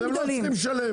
אתם לא צריכים לשלם,